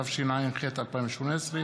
התשע"ח 2018,